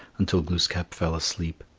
until glooskap fell asleep,